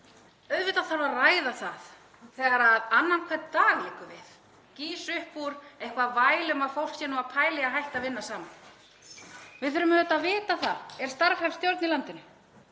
Auðvitað þarf að ræða það þegar annan hvern dag, liggur við, gýs upp eitthvert væl um að fólk sé að pæla í að hætta að vinna saman. Við þurfum auðvitað að vita það: Er starfhæf stjórn í landinu?